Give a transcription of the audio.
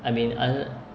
I mean o~